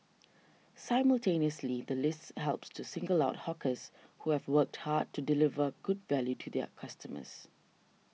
simultaneously the list helps to single out hawkers who have worked hard to deliver good value to their customers